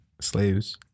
slaves